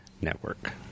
Network